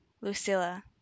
Lucilla